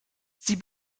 sie